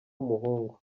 umuhungu